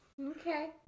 Okay